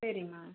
சரிமா